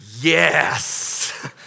Yes